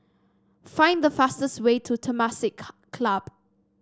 find the fastest way to Temasek Club